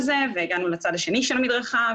מהפגנות בלתי חוקיות,